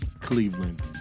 Cleveland